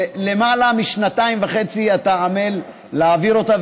שלמעלה משנתיים וחצי אתה עמל להעביר אותה,